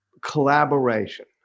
collaboration